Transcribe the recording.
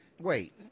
Wait